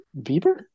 bieber